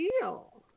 deal